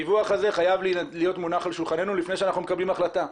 הדיווח הזה חייב להיות על שולחננו לפני שאנחנו מקבלים החלטה.